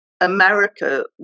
America